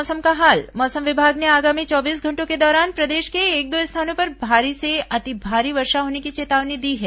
मौसम मौसम विभाग ने आगामी चौबीस घंटों के दौरान प्रदेश के एक दो स्थानों पर भारी से अति भारी वर्षा होने की चेतावनी दी है